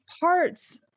parts